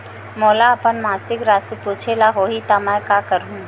मोला अपन मासिक राशि पूछे ल होही त मैं का करहु?